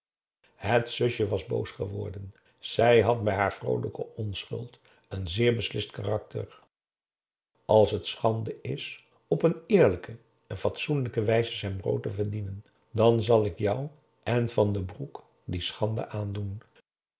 het zusje was boos geworden zij had bij haar vroolijke onschuld een zeer beslist karakter als het schande is op een eerlijke en fatsoenlijke wijze zijn brood te verdienen dan zal ik jou en van den broek die schande aandoen